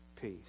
peace